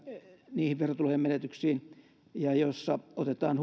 niihin verotulojen menetyksiin ja jossa otetaan